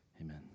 amen